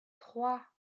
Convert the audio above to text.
trois